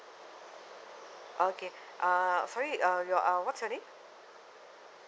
okay uh sorry uh your what's your name